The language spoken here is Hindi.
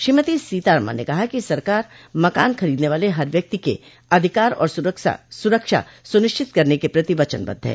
श्रीमती सीतारामन ने कहा कि सरकार मकान खरीदने वाले हर व्यक्ति के अधिकार और सुरक्षा सुनिश्चित करने के प्रति वचनबद्ध है